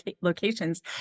locations